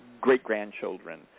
great-grandchildren